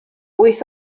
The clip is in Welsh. wyth